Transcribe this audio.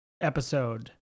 episode